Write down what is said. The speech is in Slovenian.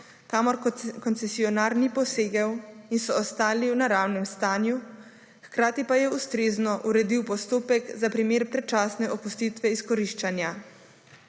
kamor koncesionar ni posegel in so ostali v naravnem stanju, hkrati pa je ustrezno uredil postopek za primer predčasne opustitve izkoriščanja.